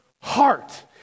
heart